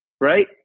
right